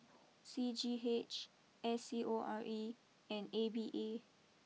C G H S C O R E and A V A